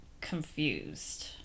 confused